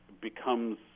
becomes